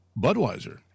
Budweiser